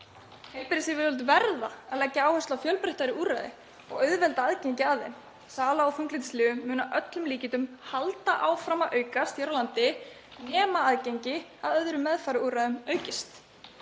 Heilbrigðisyfirvöld verða að leggja áherslu á fjölbreyttari úrræði og auðvelda aðgengi að þeim. Sala á þunglyndislyfjum mun að öllum líkindum halda áfram að aukast hér á landi nema aðgengi að öðrum meðferðarúrræðum aukist.